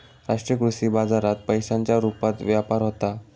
राष्ट्रीय कृषी बाजारात पैशांच्या रुपात व्यापार होता